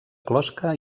closca